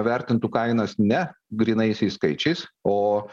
vertintų kainas ne grynaisiais skaičiais o